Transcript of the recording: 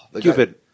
Cupid